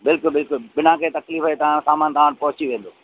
बिल्कुलु बिल्कुलु बिना कंहिं तकलीफ़ जे सामान तव्हां वटि पहुची वेंदो